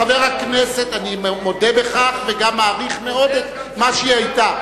אני מודה בכך וגם מעריך מאוד את מה שהיא היתה.